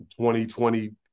2020